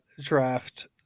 draft